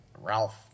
Ralph